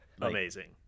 amazing